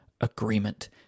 Agreement